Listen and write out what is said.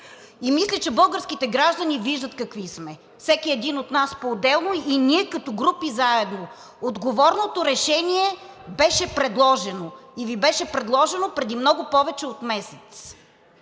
Мисля, че българските граждани виждат какви сме – всеки един от нас поотделно и ние като групи заедно. Отговорното решение беше предложено и Ви беше предложено преди много повече от месец.